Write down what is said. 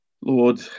Lord